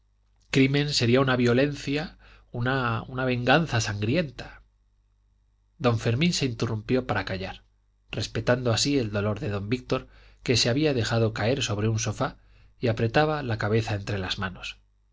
crimen sería una violencia una venganza sangrienta don fermín se interrumpió para callar respetando así el dolor de don víctor que se había dejado caer sobre un sofá y apretaba la cabeza entre las manos